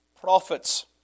prophets